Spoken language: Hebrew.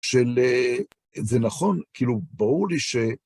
של... זה נכון, כאילו, ברור לי ש...